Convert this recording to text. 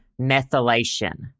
methylation